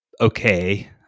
okay